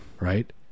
Right